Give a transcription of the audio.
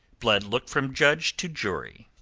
blood looked from judge to jury.